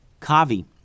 Kavi